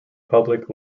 public